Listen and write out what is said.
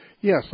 yes